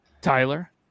Tyler